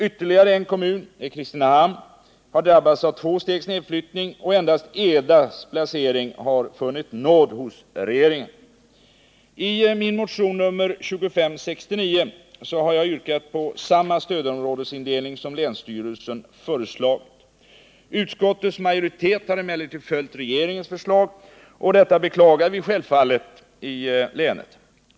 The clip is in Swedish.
Ytterligare en kommun — Kristinehamn — har drabbats av två stegs nedflyttning. Endast Edas placering har funnit nåd hos regeringen. I min motion nr 2569 har jag yrkat på samma stödområdesindelning som den av länsstyrelsen föreslagna. Utskottets majoritet har emellertid följt regeringens förslag, och detta beklagar vi självfallet i Värmland.